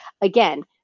Again